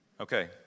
Okay